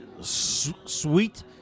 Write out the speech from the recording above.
Sweet